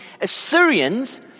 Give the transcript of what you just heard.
Assyrians